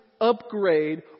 upgrade